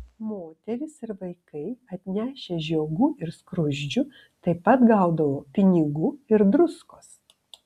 moterys ir vaikai atnešę žiogų ir skruzdžių taip pat gaudavo pinigų ir druskos